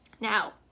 Now